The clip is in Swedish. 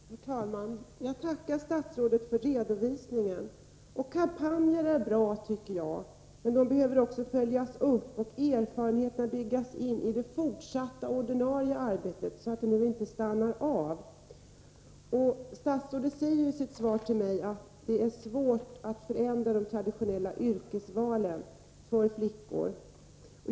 Herr talman! Jag tackar statsrådet för redovisningen. Kampanjer är bra, men de behöver också följas upp och erfarenheterna byggas in i det fortsatta ordinarie arbetet, så att det inte stannar av. Statsrådet säger i sitt svar till mig att det är svårt att förändra de traditionella yrkesvalen för flickor.